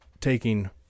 taking